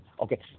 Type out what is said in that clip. Okay